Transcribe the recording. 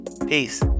Peace